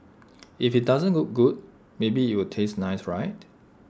if IT doesn't look good maybe it'll taste nice right